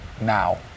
now